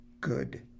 good